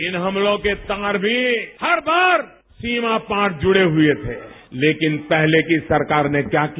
इन हमलों के तार भी हर बार सीमा पार जुड़े हए थे लेकिन पहले की सरकार ने क्या किया